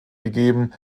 gegeben